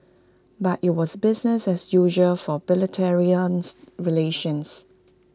but IT was business as usual for bilateral relations